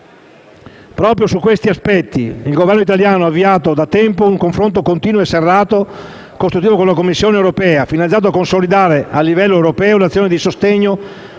Proprio su questi aspetti il Governo italiano ha avviato da tempo un confronto continuo, serrato e costruttivo con la Commissione europea, finalizzato a consolidare a livello europeo l'azione di sostegno